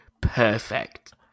perfect